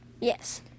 Yes